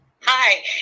hi